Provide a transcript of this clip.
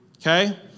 okay